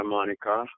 Monica